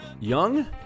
Young